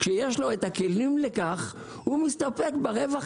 כשיש לו את הכלים לכך הוא מסתפק ברווח